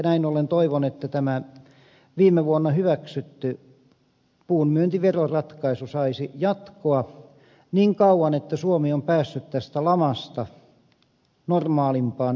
näin ollen toivon että tämä viime vuonna hyväksytty puun myyntiveroratkaisu saisi jatkoa niin kauan että suomi on päässyt tästä lamasta normaalimpaan elämäntilanteeseen